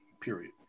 period